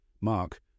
Mark